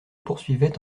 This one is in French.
poursuivait